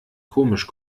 komisch